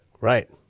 Right